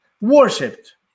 worshipped